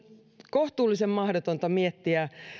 kohtuullisen mahdotonta miettiä